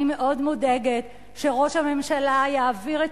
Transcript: אני מאוד מודאגת שראש הממשלה יעביר את